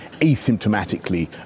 asymptomatically